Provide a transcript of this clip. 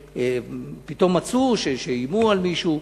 שפתאום מצאו שאיימו על מישהו.